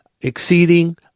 exceeding